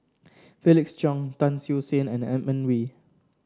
Felix Cheong Tan Siew Sin and Edmund Wee